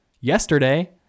yesterday